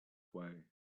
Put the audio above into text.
way